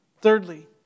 Thirdly